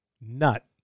nut